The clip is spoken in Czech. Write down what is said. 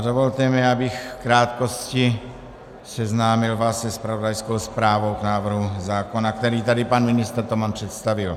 Dovolte mi, abych vás v krátkosti seznámil se zpravodajskou zprávou k návrhu zákona, který tady pan ministr Toman představil.